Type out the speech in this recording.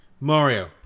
Mario